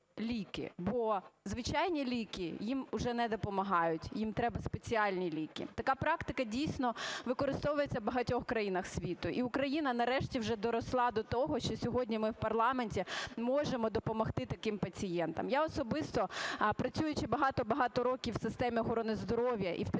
бо звичайні ліки їм вже не допомагають, їм треба спеціальні ліки. Така практика дійсно використовується в багатьох країнах світу, і Україна нарешті вже доросла до того, що сьогодні ми в парламенті можемо допомогти таким пацієнтам. Я особисто, працюючи багато-багато років в системі охорони здоров'я і в